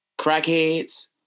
crackheads